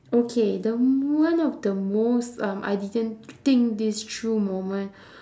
okay the m~ one of the most um I didn't think this through moment